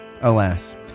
alas